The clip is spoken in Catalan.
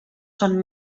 són